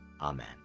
Amen